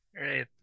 Right